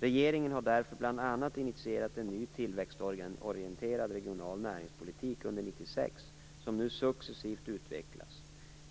Regeringen har därför bl.a. initierat en ny tillväxtorienterad regional näringspolitik under 1996. Den utvecklas nu successivt.